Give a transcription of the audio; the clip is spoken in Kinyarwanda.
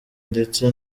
ndetse